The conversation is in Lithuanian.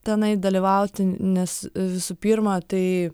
tenai dalyvauti nes visų pirma tai